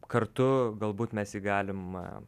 kartu galbūt mes jį galima